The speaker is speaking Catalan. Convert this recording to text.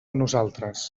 nosaltres